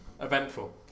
Eventful